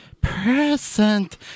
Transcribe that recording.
Present